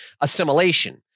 assimilation